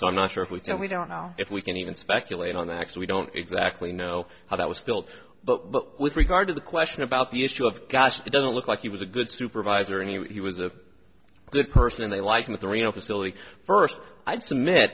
so i'm not sure if we don't we don't know if we can even speculate on that so we don't exactly know how that was built but with regard to the question about the issue of gosh it doesn't look like he was a good supervisor and he was a good person and they like him with a real facility first i'd submit